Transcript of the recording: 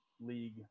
league